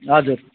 हजुर